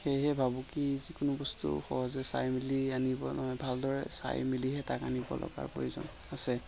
সেয়েহে ভাবোঁ কি যিকোনো বস্তু সহজে চাই মেলি আনিব নহয় ভালদৰে চাই মেলিহে তাক আনিব লগাৰ প্ৰয়োজন আছে